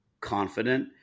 confident